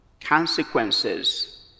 consequences